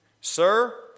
Sir